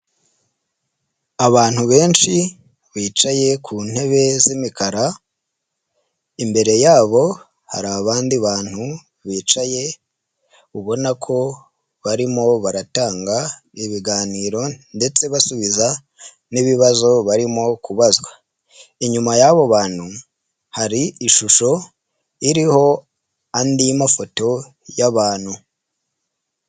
Abantu benshi bicaye ku ntebe z'imikara, imbere yabo hari abandi bantu bicaye ubona ko barimo baratanga ibiganiro ndetse basubiza n'ibibazo barimo kubazwa, inyuma y'abo bantu hari ishusho iriho andi mafoto y'abantu.